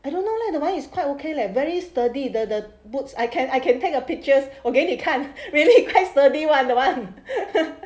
I don't know leh that one is quite okay leh very sturdy the the boots I can I can take a pictures 我给你看 really quite sturdy one that one